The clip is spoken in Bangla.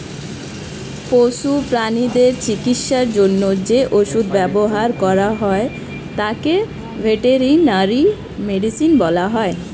পশু প্রানীদের চিকিৎসার জন্য যে ওষুধ ব্যবহার করা হয় তাকে ভেটেরিনারি মেডিসিন বলা হয়